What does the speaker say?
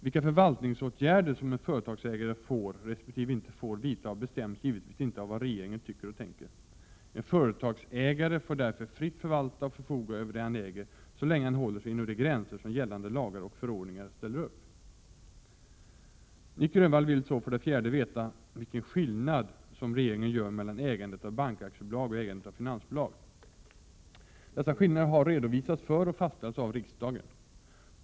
Vilka förvaltningsåtgärder som en företagsägare får resp. inte får vidta bestäms givetvis inte av vad regeringen tycker och tänker. En företagsägare får därför fritt förvalta och förfoga över det han äger så länge han håller sig inom de gränser som gällande lagar och förordningar ställer upp. Nic Grönvall vill, för det fjärde, veta vilken skillnad som regeringen gör mellan ägandet av bankaktiebolag och ägandet av finansbolag. Dessa skillnader har redovisats för och fastställts av riksdagen.